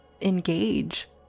engage